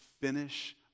finish